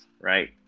right